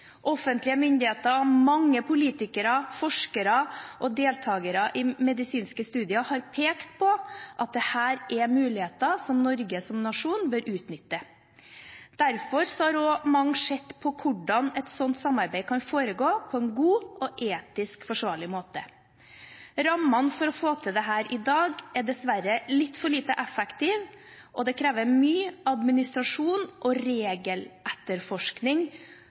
Offentlige myndigheter, mange politikere, forskere og deltagere i medisinske studier har pekt på at det her er muligheter som Norge som nasjon bør utnytte. Derfor har mange også sett på hvordan et sånt samarbeid kan foregå på en god og etisk forsvarlig måte. Rammene for å få til dette i dag er dessverre litt for lite effektive, og det krever mye administrasjon og regeletterforskning